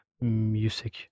music